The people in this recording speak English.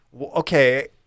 Okay